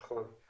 נכון.